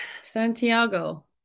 Santiago